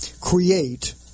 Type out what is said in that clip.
create